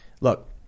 look